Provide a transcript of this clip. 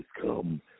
come